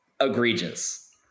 egregious